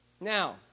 Now